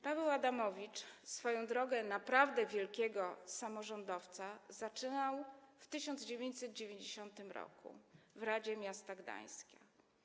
Paweł Adamowicz swoją drogę naprawdę wielkiego samorządowca zaczynał w 1990 r. w Radzie Miasta Gdańska.